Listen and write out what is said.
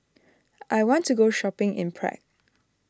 I want to go shopping in Prague